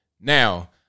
Now